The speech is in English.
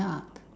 ya